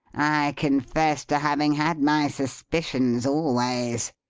i confess to having had my suspicions always,